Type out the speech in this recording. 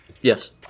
Yes